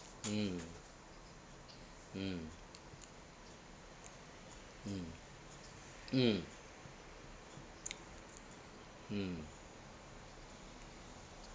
mm mm mm mm mm